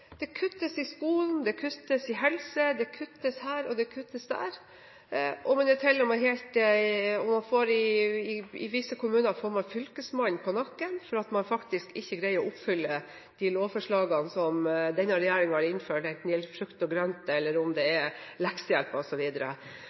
det kuttes. Det kuttes i skolen, det kuttes i helse, det kuttes her og det kuttes der. I visse kommuner får man Fylkesmannen på nakken, fordi man ikke greier å oppfylle de lovforslagene som denne regjeringen har innført, enten det gjelder frukt og grønt, leksehjelp e.l. Så kan jeg berolige representanten Heidi Sørensen med at 10-prosenten er viktig, men vel så viktig er det